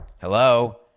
hello